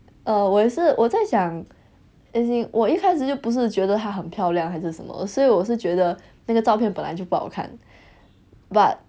err 我也是我在想 as in 我一开始就不是觉得她很漂亮还是什么的所以我是觉得那个照片本来就不好看 but